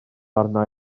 arna